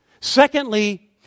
Secondly